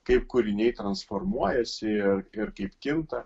kaip kūriniai transformuojasi ir ir kaip kinta